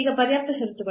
ಈಗ ಪರ್ಯಾಪ್ತ ಷರತ್ತುಗಳು